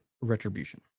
Retribution